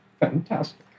fantastic